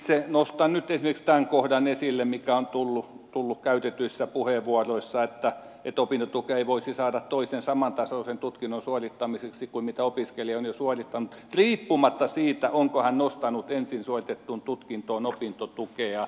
itse nostan nyt esimerkiksi tämän kohdan esille mikä on tullut käytetyissä puheenvuoroissa että opintotukea ei voisi saada toisen samantasoisen tutkinnon suorittamiseksi kuin minkä opiskelija on jo suorittanut riippumatta siitä onko hän nostanut ensin suoritettuun tutkintoon opintotukea